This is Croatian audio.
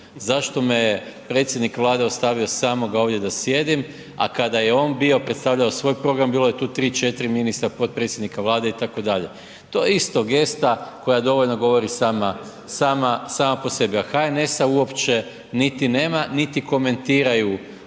zašto me je predsjednik Vlade ostavio samoga ovdje da sjedim a kada je on bio, predstavljao svoj program bilo je tu 3, 4 ministra, potpredsjednika Vlade itd.. To je isto gesta koja dovoljno govori sama po sebi. A HNS-a uopće niti nema niti komentiraju